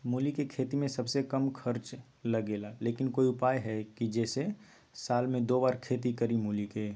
मूली के खेती में सबसे कम खर्च लगेला लेकिन कोई उपाय है कि जेसे साल में दो बार खेती करी मूली के?